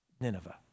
Nineveh